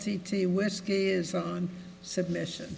t t whisky is on submission